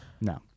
No